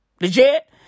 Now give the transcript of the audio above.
Legit